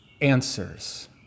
answers